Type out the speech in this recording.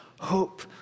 hope